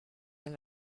mal